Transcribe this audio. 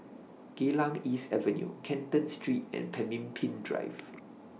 Geylang East Avenue Canton Street and Pemimpin Drive